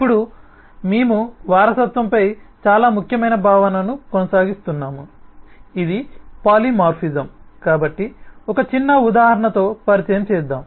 ఇప్పుడు మేము వారసత్వంపై చాలా ముఖ్యమైన భావనను కొనసాగిస్తున్నాము ఇది పాలిమార్ఫిజం కాబట్టి ఒక చిన్న ఉదాహరణతో పరిచయం చేద్దాం